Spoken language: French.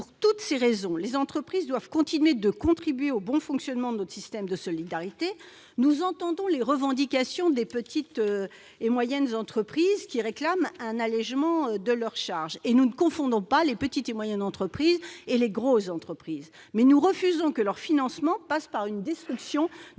Pour toutes ces raisons, les entreprises doivent continuer de contribuer au bon fonctionnement de notre système de solidarité. Nous entendons les revendications des petites et moyennes entreprises, qui réclament un allégement de charges, et nous ne les confondons pas avec les grosses entreprises. Pour autant, nous refusons que leur financement passe par la destruction